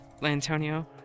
L'Antonio